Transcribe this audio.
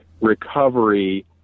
recovery